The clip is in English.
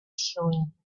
showing